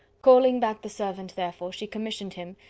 calling back the servant, therefore, she commissioned him,